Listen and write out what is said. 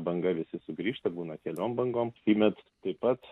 banga visi sugrįžta būna keliom bangom šįmet taip pat